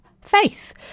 Faith